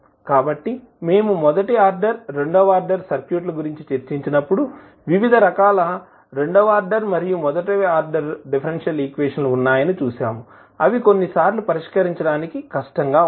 కాబట్టి మేము మొదటి ఆర్డర్ రెండవ ఆర్డర్ సర్క్యూట్ల గురించి చర్చించినప్పుడు వివిధ రకాల రెండవ ఆర్డర్ మరియు మొదటి ఆర్డర్ డిఫరెన్షియల్ ఈక్వేషన్ లు ఉన్నాయని చూశాము అవి కొన్నిసార్లు పరిష్కరించడానికి కష్టంగా ఉంటాయి